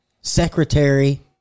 Secretary